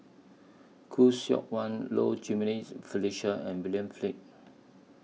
Khoo Seok Wan Low Jimenez Felicia and William Flint